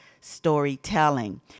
storytelling